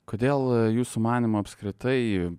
kodėl jūsų manymu apskritai